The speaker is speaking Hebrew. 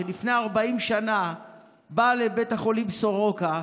שלפני 40 שנה בא לבית החולים סורוקה,